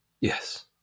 Yes